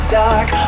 dark